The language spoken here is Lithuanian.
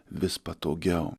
vis patogiau